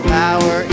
power